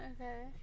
Okay